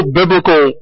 biblical